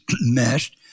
meshed